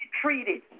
treated